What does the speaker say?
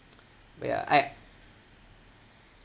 but yeah I